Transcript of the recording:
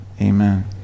Amen